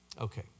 Okay